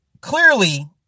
clearly